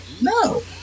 No